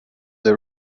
the